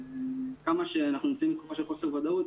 על אף שאנחנו נמצאים בתקופה של חוסר ודאות,